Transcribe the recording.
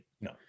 no